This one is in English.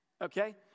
Okay